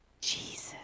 Jesus